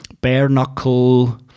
bare-knuckle